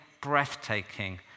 breathtaking